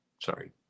sorry